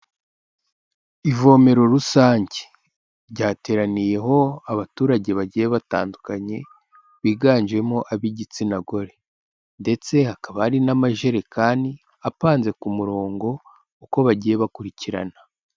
Ivomero rusange ryateraniyeho abaturage bagiye batandukanye biganjemo ab'igitsina gore ndetse, hakaba hari n'amajerekani apanze ku murongo uko bagiye bakurikirana.